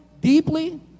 deeply